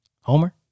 Homer